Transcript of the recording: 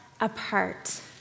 apart